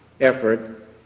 effort